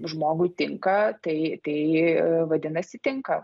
žmogui tinka tai tai vadinasi tinka